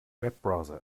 webbrowser